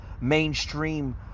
mainstream